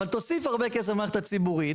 אבל תוסיף הרבה מאוד כסף במערכת הציבורית